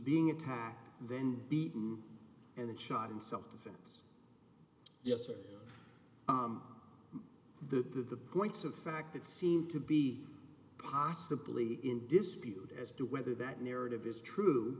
being attacked then beaten and shot in self defense yes or the going to the fact that seemed to be possibly in dispute as to whether that narrative is true